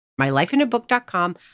MyLifeInABook.com